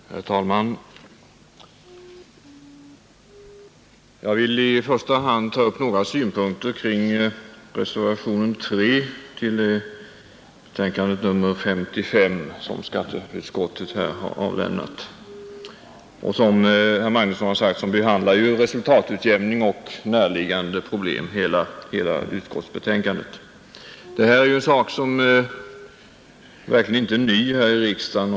Herr talman! Jag vill i första hand ta upp några synpunkter kring reservationen 3 till betänkandet nr SS, som skatteutskottet här har avgivit. Som herr Magnusson i Borås sagt behandlar hela utskottsbetänkandet resultatutjämning och närliggande problem. Detta är en sak som verkligen inte är ny i riksdagen.